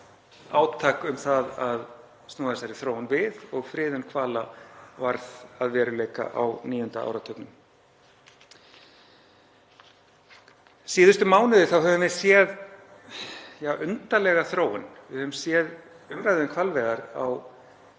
átak um að snúa þessari þróun við og friðun hvala varð að veruleika á níunda áratugnum. Síðustu mánuði höfum við séð undarlega þróun. Við höfum séð umræðu um hvalveiðar á